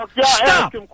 Stop